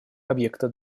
объекта